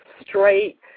straight